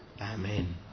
Amen